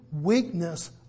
weakness